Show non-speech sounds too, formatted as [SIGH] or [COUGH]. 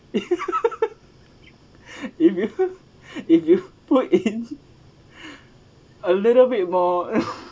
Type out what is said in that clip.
[LAUGHS] if you [LAUGHS] if you put in a little bit more [LAUGHS]